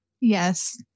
Yes